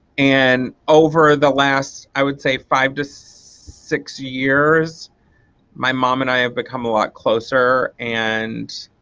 and over the last i would say five to six years my mom and i have become a lot closer and